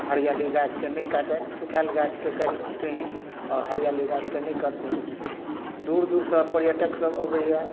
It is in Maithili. हरियाली गाछ के नहि काटैथ सुखएल गाछके कटथिन आओर हरियाली गाछके नहि कटथिन दूर दूर सऽ पर्यटक सब अबैया